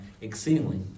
exceedingly